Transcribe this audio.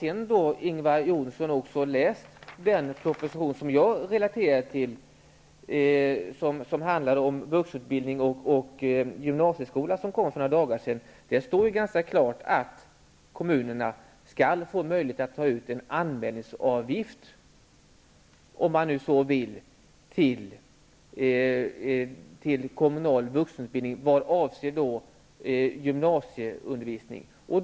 Om Ingvar Johnsson hade läst den proposition som jag relaterade till om vuxenutbildning och gymnasieskola som kom för några dagar sedan, så hade han funnit att det uttrycks ganska klart att kommunerna skall få möjlighet att ta ut en anmälningsavgift om de vill till kommunal vuxenutbildning avseende gymnasieundervisning.